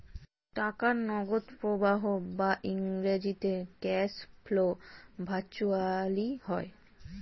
টাকার নগদ প্রবাহ বা ইংরেজিতে ক্যাশ ফ্লো ভার্চুয়ালি হয়